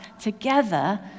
together